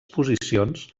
posicions